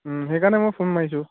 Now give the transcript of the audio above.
সেইকাৰণে মই ফোন মাৰিছোঁ